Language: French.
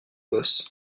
boss